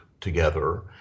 together